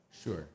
Sure